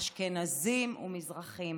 אשכנזים ומזרחים,